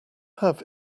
have